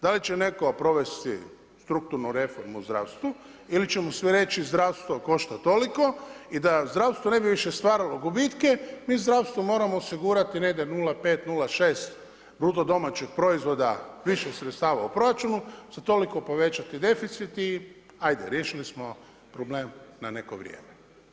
Da li će netko provesti strukturnu reformu u zdravstvu ili ćemo svi reći zdravstvo košta toliko i da zdravstvo više ne bi stvaralo gubitke mi zdravstvu moramo osigurati negdje 0,5, 0,6 bruto domaćeg proizvoda više sredstava u proračunu sa toliko povećati deficit i hajde riješili smo problem na neko vrijeme.